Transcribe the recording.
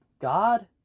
God